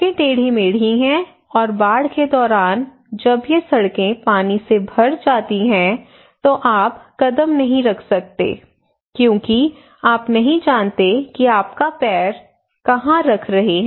सड़कें टेढ़ी मेढ़ी हैं और बाढ़ के दौरान जब ये सड़कें पानी से भर जाती हैं तो आप कदम नहीं रख सकते क्योंकि आप नहीं जानते कि आप अपना पैर कहाँ रख रहे हैं